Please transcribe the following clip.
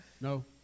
no